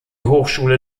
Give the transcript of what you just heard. hochschule